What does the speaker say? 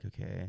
okay